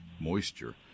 moisture